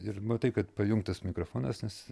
ir matai kad pajungtas mikrofonas nes